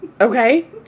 Okay